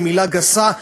למילה גסה,